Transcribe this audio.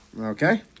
Okay